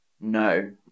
no